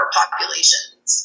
populations